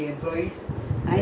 what quarters is that